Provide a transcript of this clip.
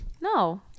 no